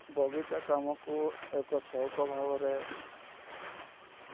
ବଗିଚା କାମକୁ ଏକ ସଉକଭାବରେ